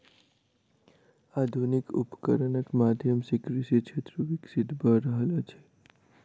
आधुनिक उपकरणक माध्यम सॅ कृषि क्षेत्र विकसित भ रहल अछि